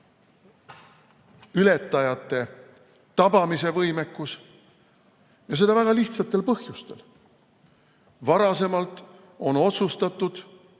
piiriületajate tabamise võimekus, ja seda väga lihtsatel põhjustel. Varasemalt on otsustatud,